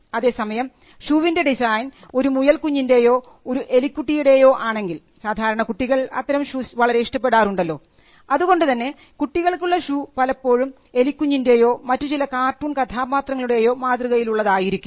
അതേസമയം ഷൂവിൻറെ ഡിസൈൻ ഒരു മുയൽ കുഞ്ഞിൻറെയോ ഒരു എലിക്കുട്ടിയുടെയോ ആണെങ്കിൽ സാധാരണ കുട്ടികൾ അത്തരം ഷൂസ് വളരെ ഇഷ്ടപ്പെടാറുണ്ടല്ലോ അതുകൊണ്ടുതന്നെ കുട്ടികൾക്കുള്ള ഷൂ പലപ്പോഴും എലിക്കുഞ്ഞിൻറെയോ മറ്റു ചില കാർട്ടൂൺ കഥാപാത്രങ്ങളുടെയോ മാതൃകയിലുള്ളതായിരിക്കും